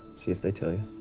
see if they'd tell you.